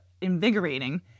invigorating